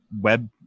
web